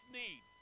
need